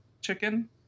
chicken